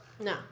No